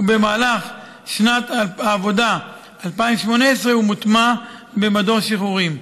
ובמהלך שנת העבודה 2018 הוא מוטמע במדור שחרורים.